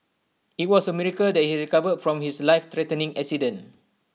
IT was A miracle that he recovered from his lifethreatening accident